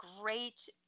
great